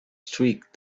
streak